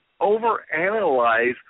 overanalyze